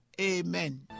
Amen